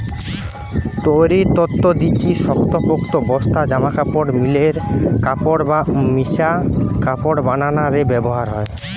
তৈরির তন্তু দিকি শক্তপোক্ত বস্তা, জামাকাপড়, মিলের কাপড় বা মিশা কাপড় বানানা রে ব্যবহার হয়